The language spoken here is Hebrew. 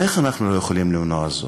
איך אנחנו לא יכולים למנוע זאת?